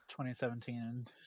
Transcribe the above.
2017